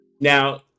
Now